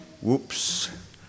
whoops